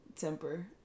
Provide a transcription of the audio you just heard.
Temper